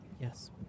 Yes